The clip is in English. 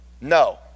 No